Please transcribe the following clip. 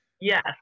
Yes